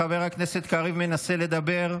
חבר הכנסת קריב מנסה לדבר.